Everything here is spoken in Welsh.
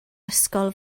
ysgol